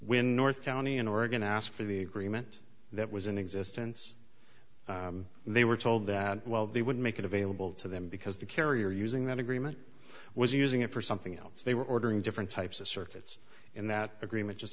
when north county in oregon asked for the agreement that was in existence they were told that while they would make it available to them because the carrier using that agreement was using it for something else they were ordering different types of circuits and that agreement just